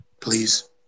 Please